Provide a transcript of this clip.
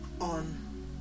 on